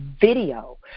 video